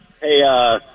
Hey